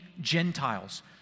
Gentiles